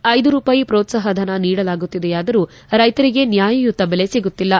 ಐದು ರೂಪಾಯಿ ಪ್ರೋತ್ತಾಪ ಧನ ನೀಡಲಾಗುತ್ತಿದ್ದರೂ ರೈತರಿಗೆ ನ್ನಾಯಯುತ ಬೆಲೆ ಸಿಗುತ್ತಿಲ್ಲ